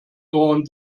around